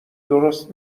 درست